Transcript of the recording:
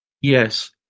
Yes